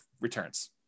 returns